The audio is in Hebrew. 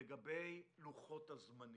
לגבי לוחות הזמנים,